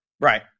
Right